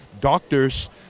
doctors